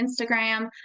Instagram